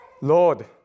Lord